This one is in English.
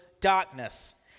darkness